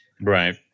Right